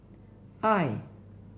I